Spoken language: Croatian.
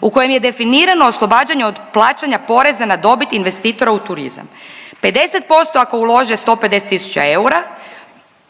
u kojem je definirano oslobađanje od plaćanja poreza na dobit investitora u turizam. 50% ako ulože 150 tisuća eura,